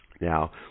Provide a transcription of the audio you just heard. Now